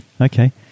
okay